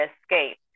escape